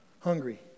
hungry